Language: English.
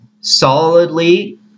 solidly